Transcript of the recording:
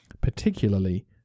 particularly